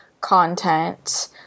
content